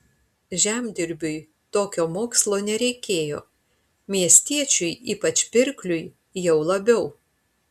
žemdirbiui tokio mokslo nereikėjo miestiečiui ypač pirkliui jau labiau